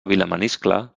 vilamaniscle